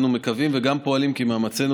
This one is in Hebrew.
אנו מקווים וגם פועלים לכך שמאמצינו